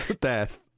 death